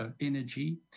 energy